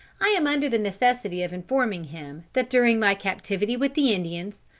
i am under the necessity of informing him that during my captivity with the indians,